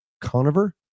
Conover